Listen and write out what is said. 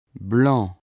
blanc